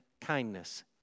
kindness